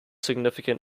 significant